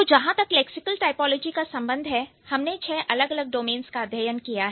तो जहां तक लैक्सिकल टाइपोलॉजी का संबंध है हमने छह अलग अलग डोमेंस का अध्ययन किया है